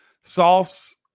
sauce